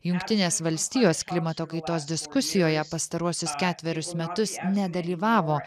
jungtinės valstijos klimato kaitos diskusijoje pastaruosius ketverius metus nedalyvavo